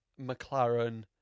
McLaren